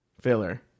filler